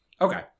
Okay